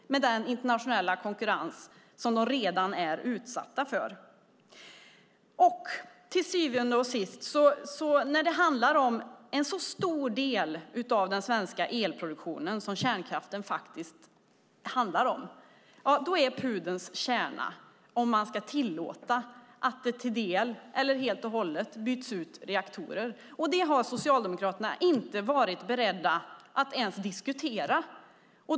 De är redan utsatta för en internationell konkurrens. När det handlar om en så stor del av den svenska elproduktionen som kärnkraft, är pudelns kärna om man ska tillåta att reaktorer byts ut helt eller delvis. Det har inte Socialdemokraterna varit beredda att ens diskutera.